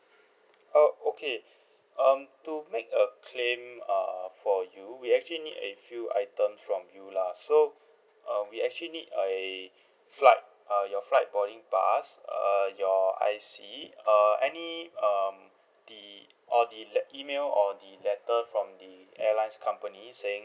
oh okay um to make a claim err for you we actually need a few item from you lah so um we actually need a flight uh your flight boarding pass err your I_C err any um the all the let~ email or the letter from the airlines company saying